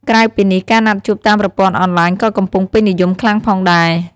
ក្រៅពីនេះ ការណាត់ជួបតាមប្រព័ន្ធអនឡាញក៏កំពុងពេញនិយមខ្លាំងផងដែរ។